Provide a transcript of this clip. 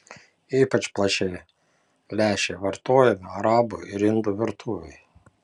ypač plačiai lęšiai vartojami arabų ir indų virtuvėje